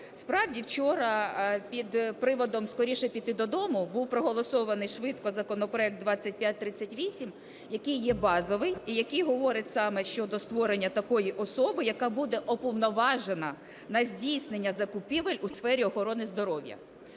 Справді, вчора під приводом "скоріше піти додому" був проголосований швидко законопроект 2538, який є базовий і який говорить саме щодо створення такої особи, яка буде уповноважена на здійснення закупівель у сфері охорони здоров'я.